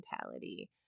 mentality